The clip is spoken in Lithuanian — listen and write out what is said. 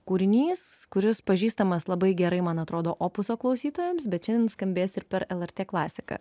kūrinys kuris pažįstamas labai gerai man atrodo opuso klausytojams bet šiandien skambės ir per lrt klasiką